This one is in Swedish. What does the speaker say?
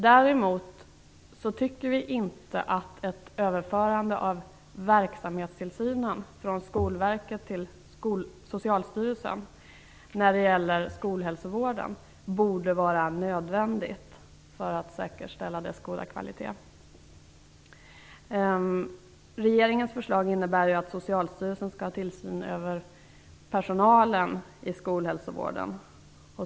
Däremot anser vi inte att ett överförande av verksamhetstillsynen från Skolverket till Socialstyrelsen av skolhälsovården borde vara nödvändigt för att säkerställa skolhälsovårdens goda kvalitet. Regeringens förslag innebär ju att Socialstyrelsen skall ha tillsyn över personalen inom skolhälsovården.